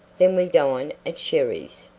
then we dine at sherry's.